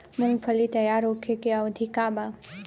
मूँगफली तैयार होखे के अवधि का वा?